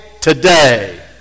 today